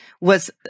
was-